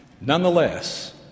Nonetheless